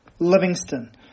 Livingston